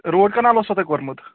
root canal اوسوٕ تۄہہِ کوٚرمُت